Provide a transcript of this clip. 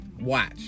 watch